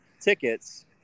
tickets